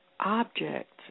objects